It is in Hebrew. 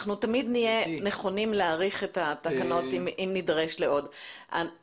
אנחנו תמיד נהיה נכונים להאריך את התקנות אם נידרש לעוד תקופה.